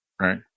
right